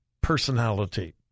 personality